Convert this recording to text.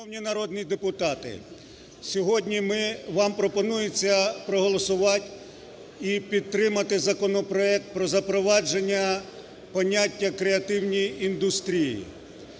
Шановні народні депутати, сьогодні вам пропонується проголосувати і підтримати законопроект про запровадження поняття "креативні індустрії".